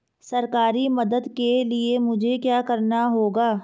सरकारी मदद के लिए मुझे क्या करना होगा?